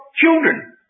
children